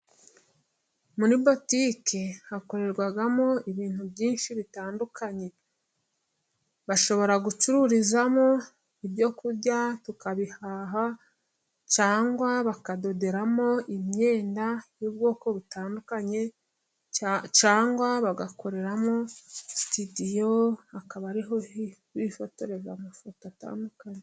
Muri botiki hakorerwamo ibintu byinshi bitandukanye， bashobora gucururizamo ibyo kurya， tukabihaha，cyangwa bakadoderamo imyenda y'ubwoko butandukanye，cyangwa bagakoreramo sitidiyo ，bakaba ariho bifotoreraza amafoto atandukanye.